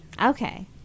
Okay